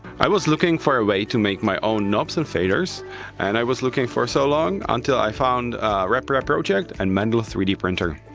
i was looking for a way to make my own knobs and faders and i was looking for so long until i found reprap project and mendel three d printer.